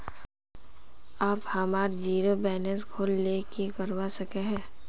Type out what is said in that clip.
आप हमार zero balance खोल ले की करवा सके है?